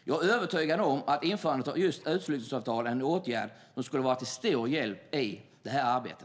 Jag är övertygad om att införande av utslussningsavtal är en åtgärd som skulle vara till stor hjälp i detta arbete.